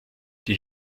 die